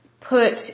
put